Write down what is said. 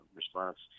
response